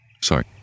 Sorry